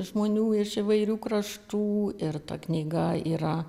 žmonių iš įvairių kraštų ir ta knyga yra